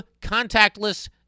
contactless